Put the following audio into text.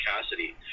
Cassidy